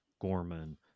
Gorman